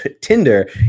Tinder